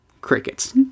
Crickets